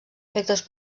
efectes